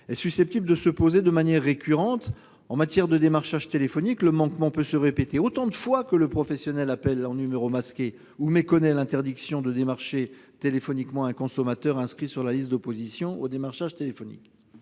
est susceptible de se poser de manière récurrente. En matière de démarchage téléphonique, le manquement peut se répéter autant de fois que le professionnel appelle en numéro masqué ou méconnaît l'interdiction de démarcher téléphoniquement un consommateur inscrit sur la liste d'opposition au démarchage téléphonique.